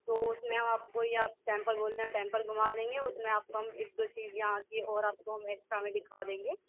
تو اِس میں آپ كو یہاں ٹیمپل بولنا ٹیمپل گُھما دیں گے اُس میں آپ كو ہم ایک دو چیز یہاں کی اور آپ كو ہم ایکسٹرا میں دِكھا دیں گے